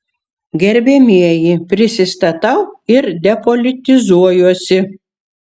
gerbiamieji prisistatau ir depolitizuojuosi